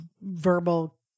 verbal